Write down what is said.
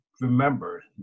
remember